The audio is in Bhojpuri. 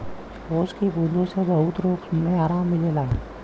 ओस की बूँदो से बहुत रोग मे आराम मिलेला